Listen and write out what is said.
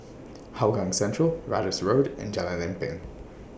Hougang Central Ratus Road and Jalan Lempeng